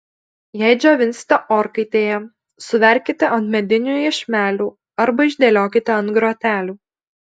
jei džiovinsite orkaitėje suverkite ant medinių iešmelių arba išdėliokite ant grotelių